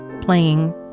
playing